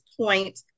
point